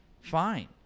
Fine